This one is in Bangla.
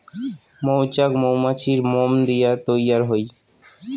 মৌচাক মৌমাছির মোম দিয়া তৈয়ার হই